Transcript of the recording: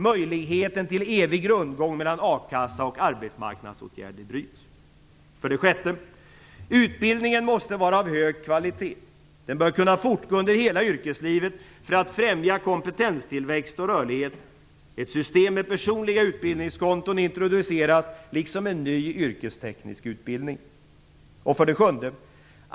Möjligheten till evig rundgång mellan a-kassa och arbetsmarknadsåtgärder bryts. 6. Utbildningen måste vara av hög kvalitet. Den bör kunna fortgå under hela yrkeslivet för att främja kompetenstillväxt och rörlighet. Ett system med personliga utbildningskonton introduceras liksom en ny yrkesteknisk utbildning. 7.